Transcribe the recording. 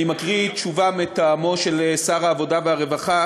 אני מקריא תשובה מטעמו של שר העבודה, הרווחה